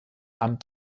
amt